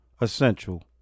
essential